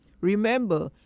Remember